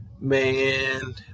man